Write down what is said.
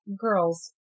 girls